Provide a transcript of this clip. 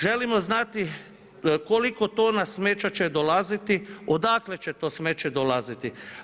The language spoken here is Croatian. Želimo znati, koliko tona smeća će dolaziti, odakle će to smeće dolaziti.